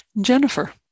Jennifer